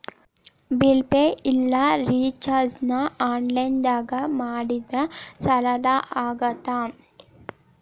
bill pay ಇಲ್ಲಾ ರಿಚಾರ್ಜ್ನ ಆನ್ಲೈನ್ದಾಗ ಮಾಡಿದ್ರ ಸರಳ ಆಗತ್ತ